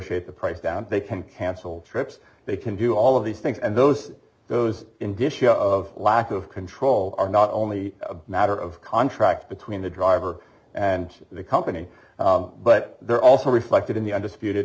the price down they can cancel trips they can do all of these things and those those indicia of lack of control are not only a matter of contract between the driver and the company but they're also reflected in the undisputed